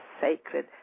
sacred